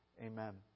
Amen